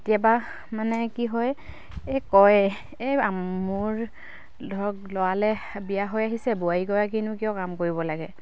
কেতিয়াবা মানে কি হয় এই কয় এই মোৰ ধৰক ল'ৰালে বিয়া হৈ আহিছে বোৱাৰীগৰাকীয়েনো কিয় কাম কৰিব লাগে